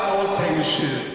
Aushängeschild